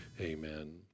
amen